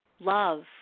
Love